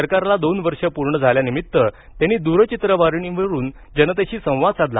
सरकारला दोन वर्ष पूर्ण झाल्यानिमित्त त्यांनी दूरचित्रवाणीवरून जनतेशी संवाद साधला